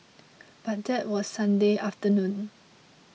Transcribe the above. but that was Sunday afternoon